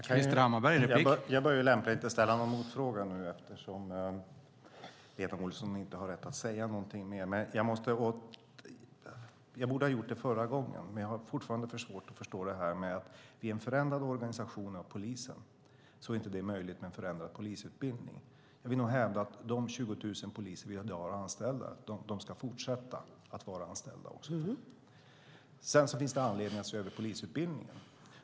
Herr talman! Jag bör lämpligen inte ställa någon motfråga eftersom jag tror att Lena Olsson inte har rätt att säga någonting mer. Jag borde ha gjort det förra gången. Jag har fortfarande svårt att förstå att i en förändrad organisation av polisen är det inte möjligt med en förändrad polisutbildning. Jag vill nog hävda att de 20 000 poliser vi i dag har anställda ska fortsätta att vara anställda. Det finns anledning att se över polisutbildningen.